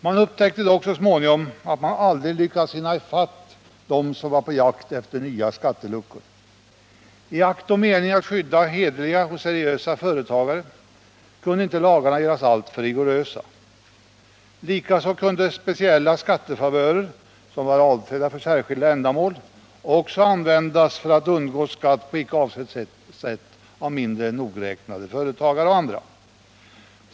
Man upptäckte dock så småningom att man aldrig lyckades hinna i fatt dem som var på jakt efter nya skatteluckor. I akt och mening att skydda hederliga och seriösa företagare kunde inte lagarna göras alltför rigorösa. Likaså kunde speciella skattefavörer, som var avsedda för särskilda ändamål, också användas för att undgå skatt på icke avsett sätt av mindre nogräknade företagare och andra.